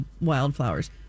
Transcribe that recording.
wildflowers